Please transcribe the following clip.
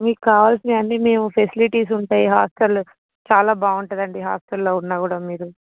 మీకు కావాల్సినవి అన్నీ మేము ఫెసిలిటీస్ ఉంటాయి హాస్టల్లో చాలా బాగుంటుంది అండి హాస్టల్లో ఉన్న కూడా మీరు